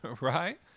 right